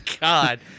God